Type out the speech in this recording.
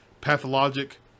Pathologic